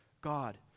God